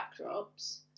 backdrops